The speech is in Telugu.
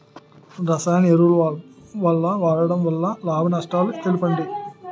రసాయన ఎరువుల వాడకం వల్ల లాభ నష్టాలను తెలపండి?